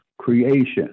creation